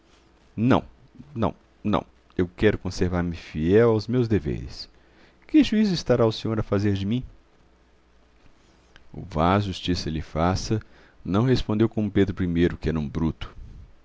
não não não eu quero conservar-me fiel aos meus deveres que juízo estará o senhor a fazer de mim o vaz justiça se lhe faça não respondeu como pedro i que era um bruto